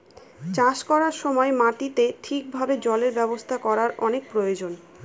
চাষ করার সময় মাটিতে ঠিক ভাবে জলের ব্যবস্থা করার অনেক প্রয়োজন